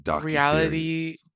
reality